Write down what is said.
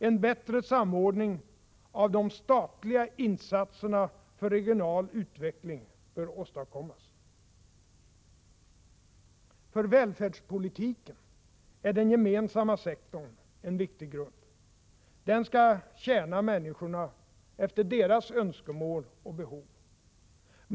En bättre samordning av de statliga insatserna för regional utveckling bör åstadkommas. För välfärdspolitiken är den gemensamma sektorn en viktig grund. Den skall tjäna människorna efter deras önskemål och behov.